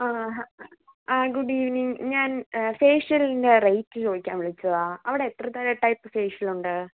ആ ഹ ആ ഗൂഡ് ഈവിനിങ് ഞാൻ ഫേഷ്യലിന്റെ റേയ്റ്റ് ചോദിക്കാൻ വിളിച്ചതാണ് അവടെ എത്ര തരം ടൈപ്പ് ഫേഷ്യൽ ഉണ്ട്